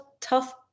tough